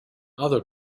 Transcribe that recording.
other